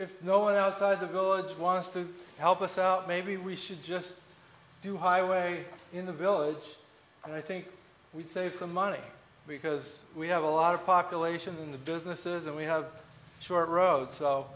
if no one outside the guards wants to help us out maybe we should just do highway in the village and i think we'd save some money because we have a lot of population in the businesses and we have a short road so